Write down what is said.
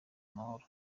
amahoro